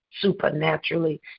supernaturally